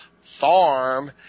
farm